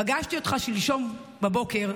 פגשתי אותך שלשום בבוקר,